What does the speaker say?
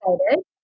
excited